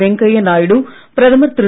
வெங்கய்யா நாயுடு பிரதமர் திரு